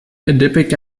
adipic